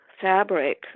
fabric